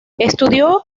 estudió